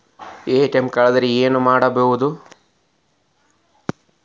ATM ಕಳದ್ರ ಏನು ಮಾಡೋದು?